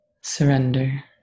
Surrender